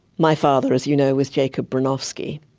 my father, as you know, was jacob bronowski,